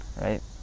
right